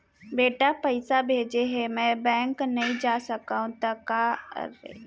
बेटा पइसा भेजे हे, बैंक नई जाथे सकंव त कइसे पता कर सकथव?